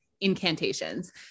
incantations